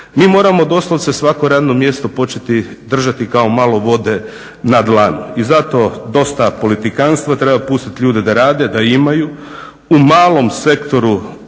Mi moramo doslovce svako radno mjesto početi držati kao malo vode na dlanu i zato dosta politikantstva, treba pustit ljude da rade, da imaju. U malom sektoru